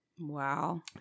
wow